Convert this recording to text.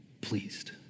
pleased